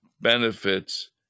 benefits